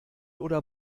oder